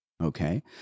Okay